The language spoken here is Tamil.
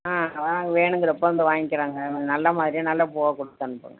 நாங்களாக வேணும்ங்கிற அப்போ வந்து வாங்க்கிறோங்க கொஞ்சம் நல்லமாதிரியா நல்ல பூவாக கொடுத்து அனுப்புங்கள்